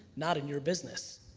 not in your business.